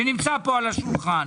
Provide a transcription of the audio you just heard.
שנמצאת כאן על השולחן,